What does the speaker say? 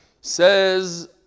Says